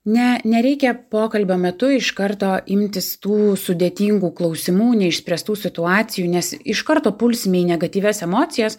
ne nereikia pokalbio metu iš karto imtis tų sudėtingų klausimų neišspręstų situacijų nes iš karto pulsime į negatyvias emocijas